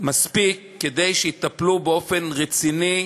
מספיק כדי שיטפלו באופן רציני,